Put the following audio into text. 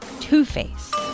Two-Face